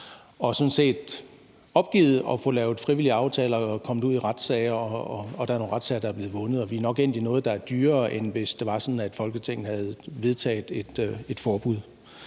har sådan set opgivet at få lavet frivillige aftaler og er kommet ud i retssager, og der er nogle retssager, der er blevet vundet, og vi er nok endt i noget, der er dyrere, end hvis det var sådan, at Folketinget havde vedtaget et forbud.